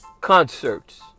concerts